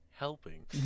helping